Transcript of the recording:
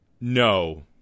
No